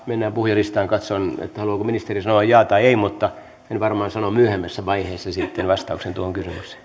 mennään puhujalistaan katson että haluaako ministeri sanoa jaa tai ei mutta hän varmaan sanoo myöhemmässä vaiheessa sitten vastauksen tuohon kysymykseen